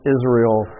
Israel